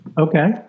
Okay